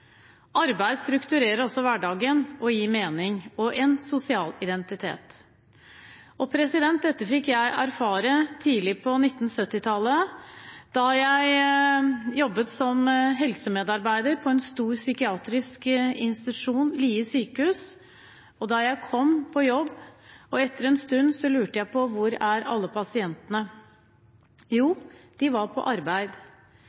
Arbeid strukturerer også hverdagen, gir mening og en sosial identitet. Dette fikk jeg erfare tidlig på 1970-tallet da jeg jobbet som helsemedarbeider på en stor psykiatrisk institusjon, Lier sykehus. Da jeg kom på jobb, lurte jeg etter en stund på hvor alle pasientene var. Jo, de var på arbeid.